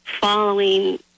following